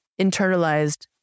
internalized